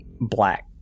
black